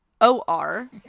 o-r